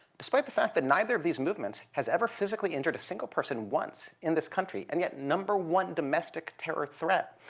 despite the fact that neither of these movements has ever physically injured a single person once in this country. and yet, number one domestic terror threat.